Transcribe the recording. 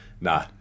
Nah